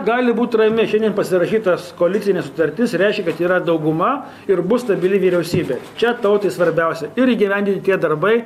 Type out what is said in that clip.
gali būti rami nes šiandien pasirašytas koalicinė sutartis reiškia kad yra dauguma ir bus stabili vyriausybė čia tautai svarbiausia ir įgyvendinti tie darbai